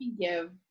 give